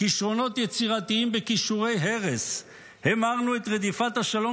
כישרונות יצירתיים בכישורי הרס --- המרנו את רדיפת השלום